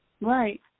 right